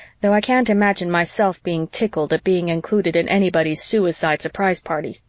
though i can't imagine myself being tickled at being included in anybody's suicide surprise party.